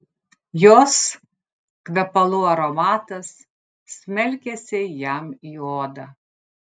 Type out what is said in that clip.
jos kvepalų aromatas smelkėsi jam į odą